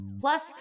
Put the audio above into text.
Plus